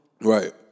Right